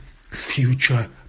future